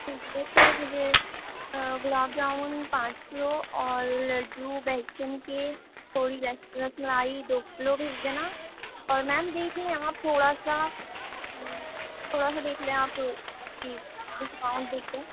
ٹھیک ہے تو مجھے گلاب جامن پانچ کلو اور لڈو بیسن کے تھوڑی رس رس ملائی دو کلو بھیج دینا اور میم دیکھ لیں آپ تھوڑا سا تھوڑا سا دیکھ لیں آپ جی ڈسکاؤنٹ دے کے